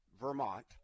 Vermont